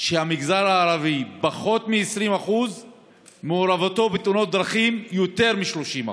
שהמגזר הערבי הוא פחות מ-20% ומעורבותו בתאונות דרכים יותר מ-30%.